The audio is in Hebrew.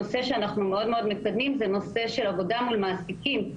נושא שאנחנו מאוד-מאוד מקדמים זה נושא של עבודה מול מעסיקים,